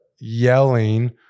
yelling